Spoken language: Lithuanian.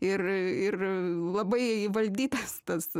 ir ir labai įvaldytas tas